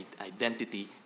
identity